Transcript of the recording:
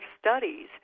studies